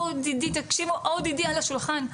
ODD על השולחן,